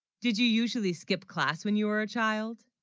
did you usually skip class when you were a. child